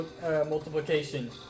multiplication